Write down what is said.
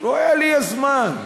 לי יש זמן.